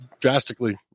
drastically